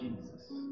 Jesus